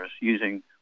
using